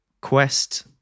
Quest